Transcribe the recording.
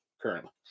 Currently